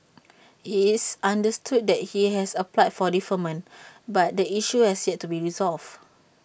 IT is understood that he has applied for deferment but the issue has yet to be resolved